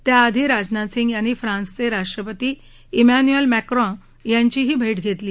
त्याआधी राजनाथ सिंह यांनी फ्रांसचे राष्ट्रपती मॅन्युअल मॅक्राँ यांचीही भेट घेतली